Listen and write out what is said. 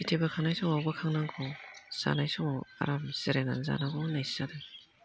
खेथि बोखांनाय समावबो मावनांगौ जानाय समाव आराम जिरायनानै जानांगौ होननायसो जादों